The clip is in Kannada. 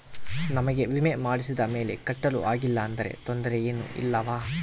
ನಮಗೆ ವಿಮೆ ಮಾಡಿಸಿದ ಮೇಲೆ ಕಟ್ಟಲು ಆಗಿಲ್ಲ ಆದರೆ ತೊಂದರೆ ಏನು ಇಲ್ಲವಾ?